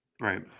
right